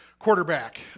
quarterback